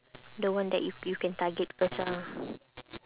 the one that you you can target first ah